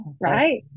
right